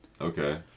Okay